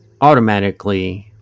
automatically